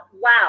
wow